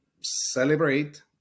celebrate